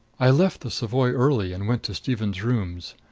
i left the savoy early and went to stephen's rooms.